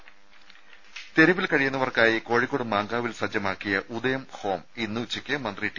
രുദ തെരുവിൽ കഴിയുന്നവർക്കായി കോഴിക്കോട് മാങ്കാവിൽ സജ്ജമാക്കിയ ഉദയം ഹോം ഇന്ന് ഉച്ചയ്ക്ക് മന്ത്രി ടി